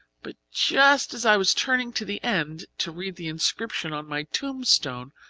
but just as i was turning to the end to read the inscription on my tombstone,